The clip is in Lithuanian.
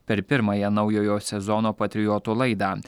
per pirmąją naujojo sezono patriotų laidą